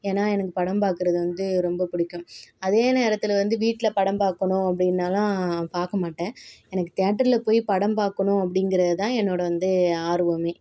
ஏன்னால் எனக்கு படம் பார்க்குறது வந்து ரொம்ப பிடிக்கும் அதே நேரத்தில் வந்து வீட்டில் படம் பார்க்கணும் அப்படினாலா பார்க்க மாட்டேன் எனக்கு தியேட்டரில் போய் படம் பார்க்கணும் அப்படிங்குறது தான் என்னோடய வந்து ஆர்வம்